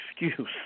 excuse